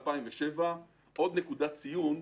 עוד נקודת ציון,